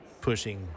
pushing